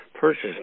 purchase